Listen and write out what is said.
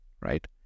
right